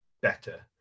better